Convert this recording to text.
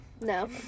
No